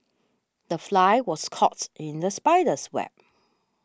the fly was in the spider's web